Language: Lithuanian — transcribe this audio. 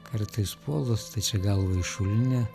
kartais puolu stačia galva į šulinį